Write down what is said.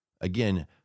Again